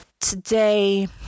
today